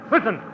Listen